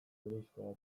buruzko